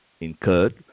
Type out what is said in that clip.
incurred